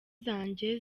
zanjye